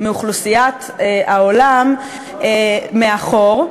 מאוכלוסיית העולם מאחור,